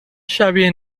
شبیه